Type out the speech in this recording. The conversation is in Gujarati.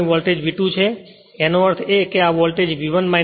તેથી તેનો અર્થ એ કે આ વોલ્ટેજ V1 V2 છે